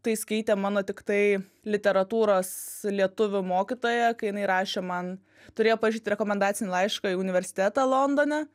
tai skaitė mano tiktai literatūros lietuvių mokytoja kai jinai rašė man turėjo parašyti rekomendacinį laišką į universitetą londone